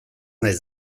naiz